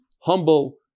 humble